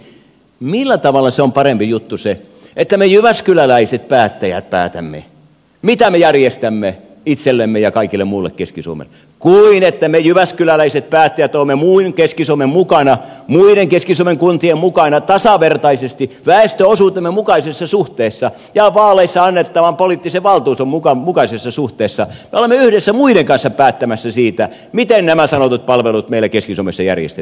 millä tavalla on parempi juttu se että me jyväskyläläiset päättäjät päätämme mitä me järjestämme itsellemme ja kaikille muille keski suomessa kuin että me jyväskyläläiset päättäjät olemme muun keski suomen mukana muiden keski suomen kuntien mukana tasavertaisesti väestöosuutemme mukaisessa suhteessa ja vaaleissa annettavan poliittisen valtuuston mukaisessa suhteessa yhdessä muiden kanssa päättämässä siitä miten nämä sanotut palvelut meillä keski suomessa järjestetään